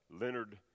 leonard